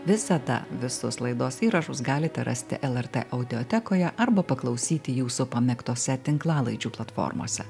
visada visus laidos įrašus galite rasti lrt audiotekoje arba paklausyti jūsų pamėgtose tinklalaidžių platformose